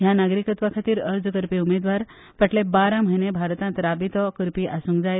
ह्या नागरिकत्वा खातीर अर्ज करपी उमेदवार फाटले बारा म्हयने भारतांत राबितो करपी आसूंक जाय